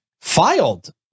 filed